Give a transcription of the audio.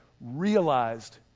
realized